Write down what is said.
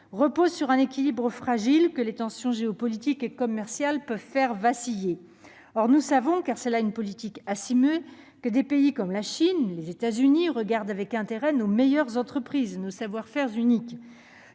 reposent sur un équilibre fragile que les tensions géopolitiques et commerciales peuvent faire vaciller. Or nous savons- car c'est là une politique assumée -que des pays comme la Chine, mais aussi les États-Unis, regardent avec intérêt nos meilleures entreprises et nos savoir-faire uniques.